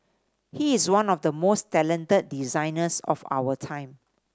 he is one of the most talented designers of our time